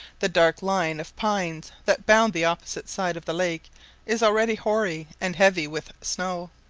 the dark line of pines that bound the opposite side of the lake is already hoary and heavy with snow,